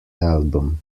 album